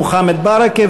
מוחמד ברכה,